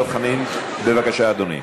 דב חנין, בבקשה, אדוני.